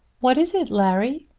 what is it, larry?